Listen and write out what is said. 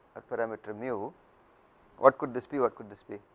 and parameter mew what could this be, what could this be,